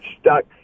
stuck